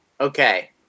Okay